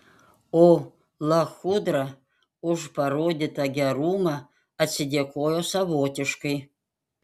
o lachudra už parodytą gerumą atsidėkojo savotiškai